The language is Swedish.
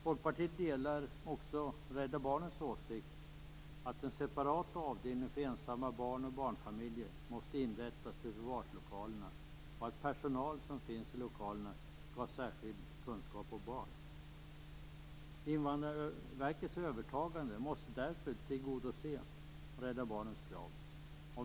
Folkpartiet delar också Rädda Barnens åsikt att en separat avdelning för ensamma barn och barnfamiljer måste inrättas i förvarslokalerna och att personal som finns i lokalerna skall ha särskild kunskap om barn. Invandrarverkets övertagande måste tillgodose Rädda Barnens krav.